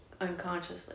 unconsciously